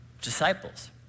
disciples